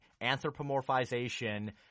anthropomorphization